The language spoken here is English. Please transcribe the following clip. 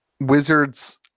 wizards